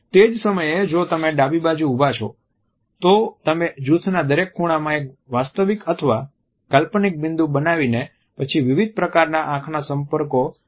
તે જ સમયે જો તમે ડાબી બાજુ ઉભા છો તો તમે જૂથના દરેક ખૂણામાં એક વાસ્તવિક અથવા કાલ્પનિક બિંદુ બનાવીને પછી વિવિધ પ્રકારના આંખના સંપર્કો જાળવી શકાય